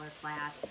class